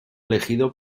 elegido